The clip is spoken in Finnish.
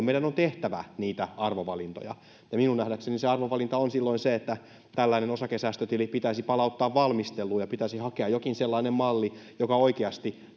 meidän on tehtävä niitä arvovalintoja minun nähdäkseni se arvovalinta on silloin se että tällainen osakesäästötili pitäisi palauttaa valmisteluun ja pitäisi hakea jokin sellainen malli joka oikeasti